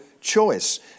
choice